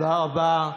תודה רבה.